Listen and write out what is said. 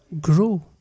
grow